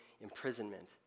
imprisonment